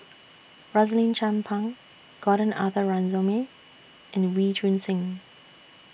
Rosaline Chan Pang Gordon Arthur Ransome and Wee Choon Seng